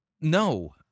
No